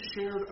shared